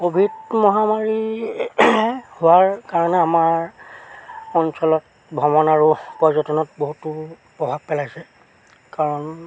Covid মহামাৰী হোৱাৰ কাৰণে আমাৰ অঞ্চলত ভ্ৰমণ আৰু পৰ্যটনত বহুতো প্ৰভাৱ পেলাইছে কাৰণ